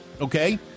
Okay